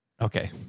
okay